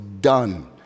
done